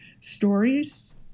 stories